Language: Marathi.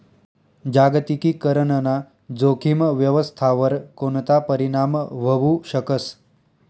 जागतिकीकरण ना जोखीम व्यवस्थावर कोणता परीणाम व्हवू शकस